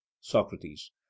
Socrates